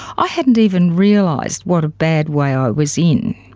i hadn't even realised what a bad way i was in.